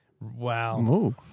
Wow